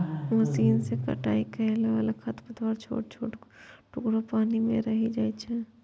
machine सं कटाइ कयला पर खरपतवारक छोट छोट टुकड़ी पानिये मे रहि जाइ छै